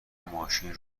ماشین